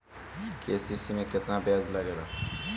KCC में केतना ब्याज लगेला?